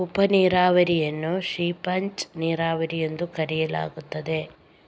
ಉಪ ನೀರಾವರಿಯನ್ನು ಸೀಪೇಜ್ ನೀರಾವರಿ ಎಂದೂ ಕರೆಯಲಾಗುತ್ತದೆ